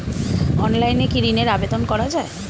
অনলাইনে কি ঋণের আবেদন করা যায়?